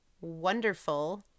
wonderful